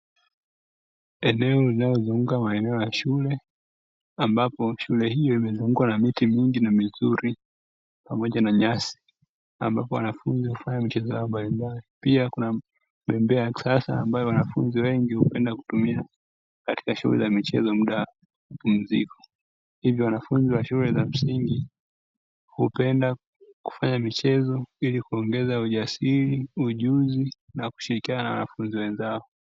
Enoe linalozunguka maeneo ya shule ambapo shule hiyo imezungukwa na miti mingi na mizuri pamoja na nyasi ambapo wanafunzi hufanya michezo yao mbalimbali, pia kuna bembea ya kisasa ambayo wanafunzi wengi hupenda kutumia katika shughuli za michezo muda wa mapumziko hivyo wanafunzi wa shule za msingi hupenda kufanya michezo ili kuongeza ujasiri, ujuzi na kushirikiana na wanafunzi wenzao.